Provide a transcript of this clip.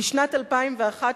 בשנת 2001,